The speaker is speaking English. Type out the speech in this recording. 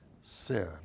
sin